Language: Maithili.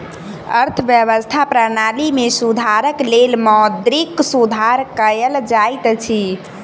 अर्थव्यवस्था प्रणाली में सुधारक लेल मौद्रिक सुधार कयल जाइत अछि